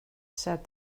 said